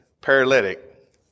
paralytic